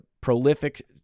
prolific